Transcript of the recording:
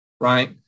right